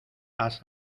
has